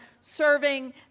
serving